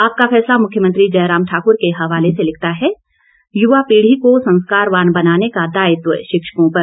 आपका फैसला मुख्यमंत्री जयराम ठाकुर के हवाले से लिखता है युवा पीढ़ी को संस्कारवान बनाने का दायित्व शिक्षकों पर